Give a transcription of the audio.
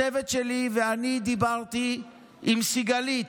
הצוות שלי ואני דיברנו עם סיגלית,